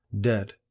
Debt